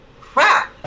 crap